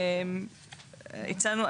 הצענו,